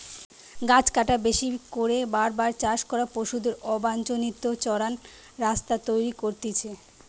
গাছ কাটা, বেশি করে বার বার চাষ করা, পশুদের অবাঞ্চিত চরান রাস্তা তৈরী করতিছে